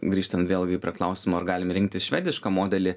grįžtant vėlgi prie klausimo ar galim rinktis švedišką modelį